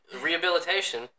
rehabilitation